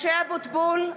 (קוראת בשמות חברי הכנסת) משה אבוטבול,